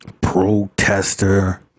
protester